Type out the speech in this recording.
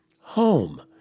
Home